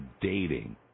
dating